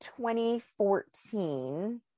2014